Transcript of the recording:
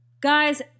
Guys